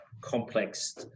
complex